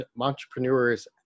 entrepreneurs